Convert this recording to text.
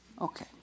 Okay